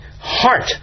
heart